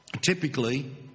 typically